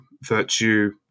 virtue